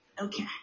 Okay